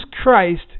Christ